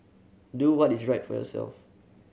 do what is right for yourself